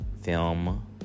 film